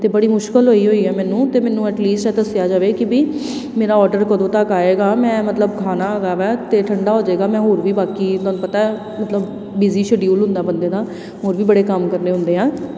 ਅਤੇ ਬੜੀ ਮੁਸ਼ਕਲ ਹੋਈ ਹੋਈ ਆ ਮੈਨੂੰ ਤਾਂ ਮੈਨੂੰ ਐਟ ਲੀਸਟ ਇਹ ਦੱਸਿਆ ਜਾਵੇ ਕਿ ਵੀ ਮੇਰਾ ਔਡਰ ਕਦੋਂ ਤੱਕ ਆਏਗਾ ਮੈਂ ਮਤਲਬ ਖਾਣਾ ਹੈਗਾ ਵਾ ਅਤੇ ਠੰਡਾ ਹੋ ਜਾਵੇਗਾ ਮੈਂ ਹੋਰ ਵੀ ਬਾਕੀ ਤੁਹਾਨੂੰ ਪਤਾ ਮਤਲਬ ਬਿਜ਼ੀ ਸ਼ਡਿਊਲ ਹੁੰਦਾ ਬੰਦੇ ਦਾ ਹੋਰ ਵੀ ਬੜੇ ਕੰਮ ਕਰਨੇ ਹੁੰਦੇ ਆ